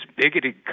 bigoted